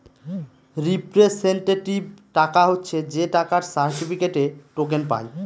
representative টাকা হচ্ছে যে টাকার সার্টিফিকেটে, টোকেন পায়